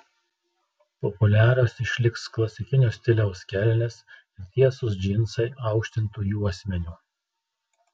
populiarios išliks klasikinio stiliaus kelnės ir tiesūs džinsai aukštintu juosmeniu